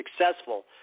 successful